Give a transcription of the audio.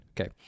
Okay